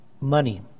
money